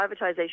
privatisation